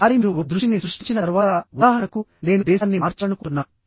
ఒకసారి మీరు ఒక దృష్టిని సృష్టించిన తర్వాత ఉదాహరణకు నేను దేశాన్ని మార్చాలనుకుంటున్నాను